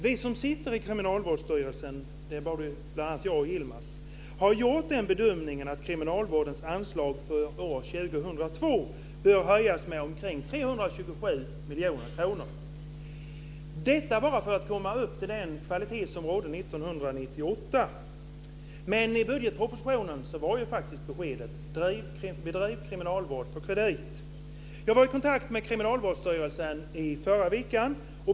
Vi som sitter i Kriminalvårdsstyrelsen - bl.a. jag och Yilmaz - har gjort bedömningen att kriminalvårdens anslag för år 2002 bör höjas med omkring 327 miljoner kronor; detta bara för att komma upp till den kvalitet som rådde 1998. Men i budgetpropositionen är faktiskt beskedet: Bedriv kriminalvård på kredit! Förra veckan var jag i kontakt med Kriminalvårdsstyrelsen.